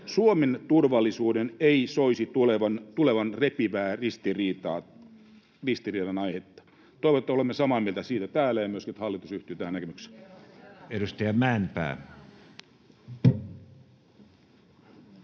”Suomen turvallisuudesta ei soisi tulevan repivän ristiriidan aihetta.” Toivon, että olemme samaa mieltä siitä täällä ja että myöskin hallitus yhtyy tähän näkemykseen.